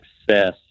success